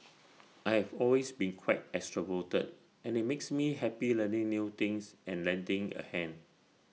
I have always been quite extroverted and IT makes me happy learning new things and lending A hand